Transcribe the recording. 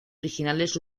originales